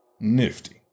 Nifty